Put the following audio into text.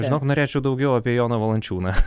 žinok norėčiau daugiau apie joną valančiūną